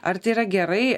ar tai yra gerai